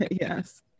Yes